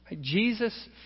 Jesus